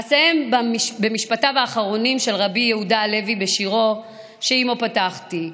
אסיים במשפטיו האחרונים בשירו של רבי יהודה הלוי שעימו פתחתי: